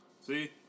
See